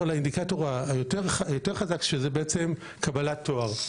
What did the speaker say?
האינדיקטור החזק יותר שהוא קבלת תואר,